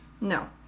No